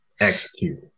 execute